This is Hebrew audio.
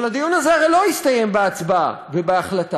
אבל הדיון הזה הרי לא הסתיים בהצבעה ובהחלטה.